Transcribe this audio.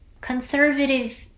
conservative